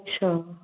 अछा